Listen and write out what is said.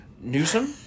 Newsom